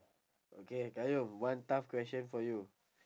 okay qayyum one tough question for you